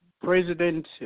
President